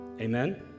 Amen